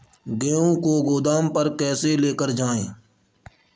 गेहूँ को गोदाम पर कैसे लेकर जाएँ?